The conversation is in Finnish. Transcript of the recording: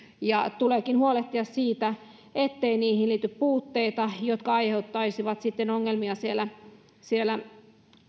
ja tuleekin huolehtia siitä ettei niihin liity puutteita jotka aiheuttaisivat sitten ongelmia siellä siellä